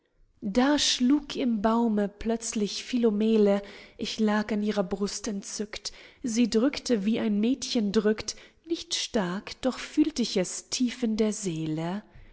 da schlug im baume plötzlich philomele ich lag an ihrer brust entzückt sie drückte wie ein mädchen drückt nicht stark doch fühlt ich es tief in der seele